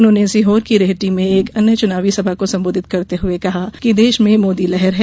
उन्होंने सीहोर की रेहटी में एक अन्य चुनावी सभा को संबोधित करते हुये कहा कि देश में मोदी लहर है